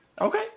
Okay